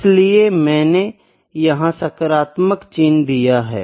इसलिए मैंने यहाँ सकारात्मक चिह्न दिया है